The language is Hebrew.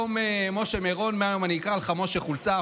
זה חוק לא שוויוני.